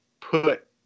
put